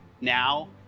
Now